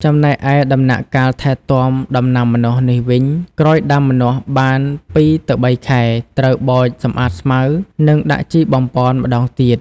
ចំណែកឯដំណាក់កាលថែទាំដំណាំម្នាស់នេះវិញក្រោយដាំម្ចាស់បាន ២ ទៅ ៣ខែ ត្រូវបោច សម្អាតស្មៅ និងដាក់ជីបំប៉នម្តងទៀត។